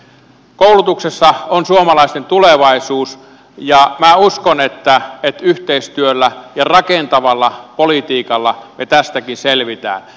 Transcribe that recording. koulutuksessa on suomalaisten tulevaisuus ja minä uskon että yhteistyöllä ja rakentavalla politiikalla me tästäkin selviämme